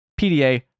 PDA